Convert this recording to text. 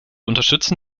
unterstützen